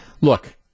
Look